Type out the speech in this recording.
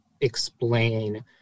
explain